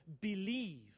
Believe